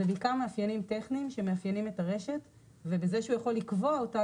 זה בעיקר מאפיינים טכניים שמאפיינים את הרשת ובזה שהוא יכול לקבוע אותם,